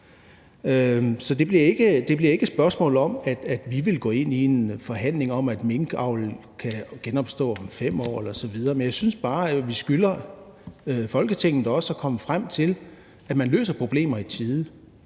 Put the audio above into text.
Så det bliver ikke et spørgsmål om, at vi vil gå ind i en forhandling om, at minkavl kan genopstå om 5 år osv., men jeg synes også bare, at vi skylder Folketinget at komme frem til, at man løser problemer i tide.